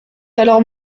alors